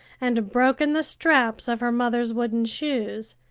and broken the straps of her mother's wooden shoes,